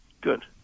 Good